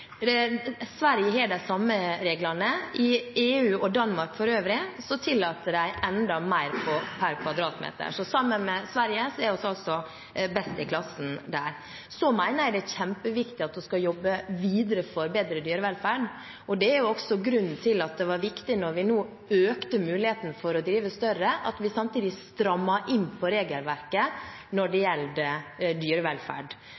Sverige har de samme reglene. I Danmark og EU for øvrig tillater de enda mer per kvadratmeter. Sammen med Sverige er vi altså best i klassen der. Så mener jeg det er kjempeviktig at vi skal jobbe videre for bedre dyrevelferd. Det er også grunnen til at det var viktig, da vi økte muligheten for å drive større, at vi samtidig strammet inn på regelverket når det gjelder